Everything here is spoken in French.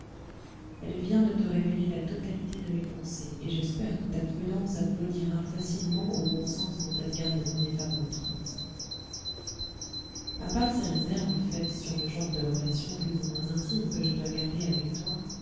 elle vient de te révéler la totalité de mes pensées et j'espère que ta prudence applaudira facilement au bon sens dont elles gardent l'ineffaçable empreinte a part ces réserves faites sur le genre de relations plus ou moins intimes que je dois garder avec toi